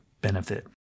benefit